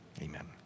Amen